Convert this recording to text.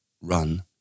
run